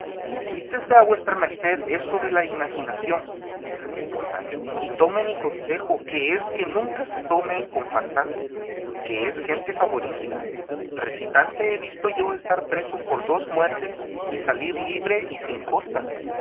quítesele a vuestra merced eso de la imaginación replicó sancho y tome mi consejo que es que nunca se tome con farsantes que es gente favorecida recitante he visto yo estar preso por dos muertes y salir libre y sin costas